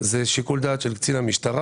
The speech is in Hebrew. זה שיקול דעת של קצין המשטרה,